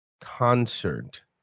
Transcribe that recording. concert